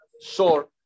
sure